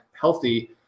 healthy